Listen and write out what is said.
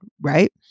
right